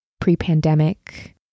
pre-pandemic